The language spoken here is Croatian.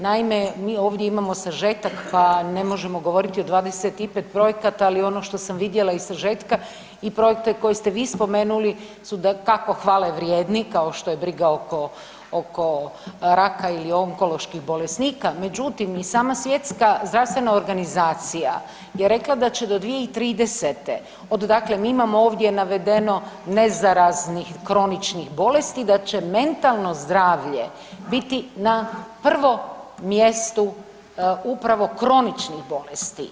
Naime, mi ovdje imamo sažetak pa ne možemo govoriti o 25 projekata, ali ono što sam vidjela iz sažetka i projekte koje ste vi spomenuli su dakako hvale vrijedni, kao što je briga oko, oko raka ili onkoloških bolesnika, međutim i sama Svjetska zdravstvena organizacija je rekla da će do 2030., od dakle mi imamo navedeno nezaraznih kroničnih bolesti da će mentalno zdravlje biti na prvom mjestu upravo kroničnih bolesti.